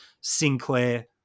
Sinclair